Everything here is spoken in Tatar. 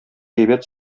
әйбәт